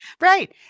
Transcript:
Right